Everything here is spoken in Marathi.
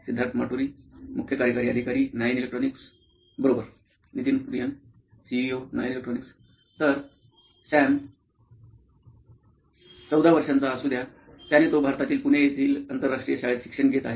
सिद्धार्थ माटुरी मुख्य कार्यकारी अधिकारी नॉइन इलेक्ट्रॉनिक्स बरोबर Nitin Kurian COO Nine Electronics तर सॅम चौदा वर्षांचा असु द्या त्याने तो भारतातील पुणे येथील आंतरराष्ट्रीय शाळेत शिक्षण घेत आहे